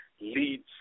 Leads